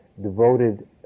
devoted